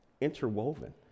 interwoven